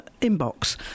inbox